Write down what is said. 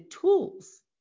tools